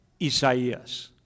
Isaías